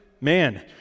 man